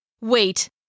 Wait